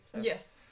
Yes